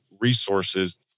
resources